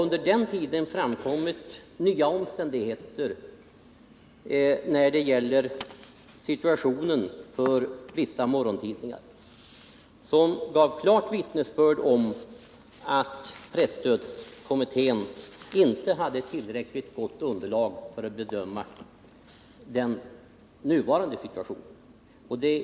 Under den tiden framkom nya omständigheter när det gäller situationen för vissa morgontidningar, som gav klart vittnesbörd om att dagspresskommittén inte hade tillräckligt gott underlag för att bedöma den nuvarande situationen.